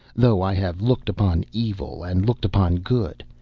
though i have looked upon evil and looked upon good.